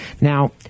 Now